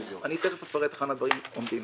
תכף אני אפרט היכן הדברים עומדים.